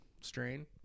strain